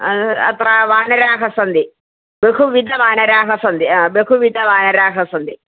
अत्र वानराः सन्ति बहुविधाः वानराः सन्ति बहुविधवानराः सन्ति